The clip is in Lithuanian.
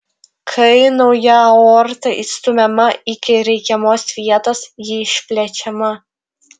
kai nauja aorta įstumiama iki reikiamos vietos ji išplečiama